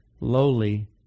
lowly